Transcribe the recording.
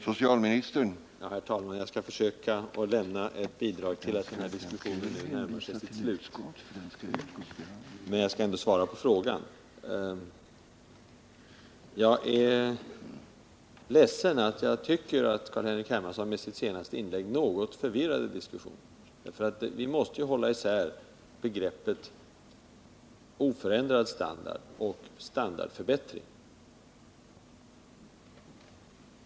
Herr talman! Jag skall försöka lämna ett bidrag till att den här diskussionen nu kan närma sig sitt slut, men jag skall ändå svara på frågan. Jag är ledsen att jag tycker att Carl-Henrik Hermansson i sitt senaste inlägg något förvirrade diskussionen. Vi måste ju hålla isär begreppen ”oförändrad standard” och ”standardförbättring”.